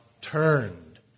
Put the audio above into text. Turned